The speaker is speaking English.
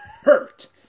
hurt